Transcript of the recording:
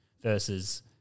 versus